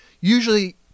usually